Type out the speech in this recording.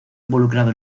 involucrado